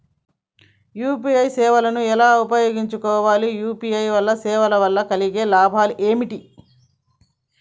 UPI సేవను ఎలా ఉపయోగించు కోవాలి? యూ.పీ.ఐ సేవల వల్ల కలిగే లాభాలు ఏమిటి?